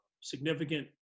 significant